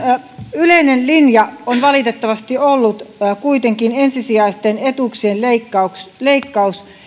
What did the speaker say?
yleinen linja on valitettavasti ollut kuitenkin ensisijaisten etuuksien leikkaus leikkaus